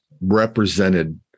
represented